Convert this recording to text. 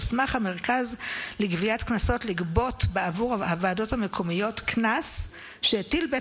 הוסמך המרכז לגביית קנסות לגבות בעבור הוועדות המקומיות קנס שהטיל בית